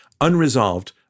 Unresolved